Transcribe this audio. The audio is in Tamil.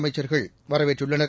அமைச்சர்கள் வரவேற்றுள்ளனர்